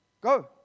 Go